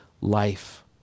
life